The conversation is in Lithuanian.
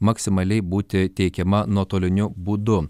maksimaliai būti teikiama nuotoliniu būdu